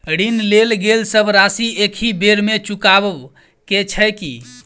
ऋण लेल गेल सब राशि एकहि बेर मे चुकाबऽ केँ छै की?